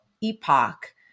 epoch